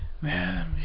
man